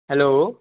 hello